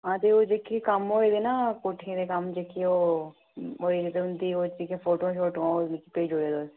हां ते ओह् जेह्के कम्म होए दे ना कोठियें दे कम्म जेह्के ओह् होए हे ते उं'दी जेह्की ओह् फोटू शोटू ओह् भेज्जी ओड़ेओ तुस